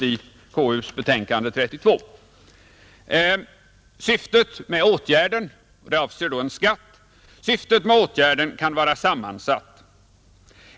Han säger därom: ”Syftet med åtgärden kan vara sammansatt.